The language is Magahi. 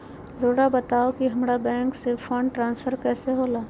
राउआ बताओ कि हामारा बैंक से फंड ट्रांसफर कैसे होला?